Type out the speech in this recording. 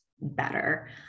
better